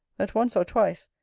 that once or twice,